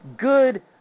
Good